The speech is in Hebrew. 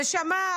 נשמה,